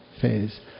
phase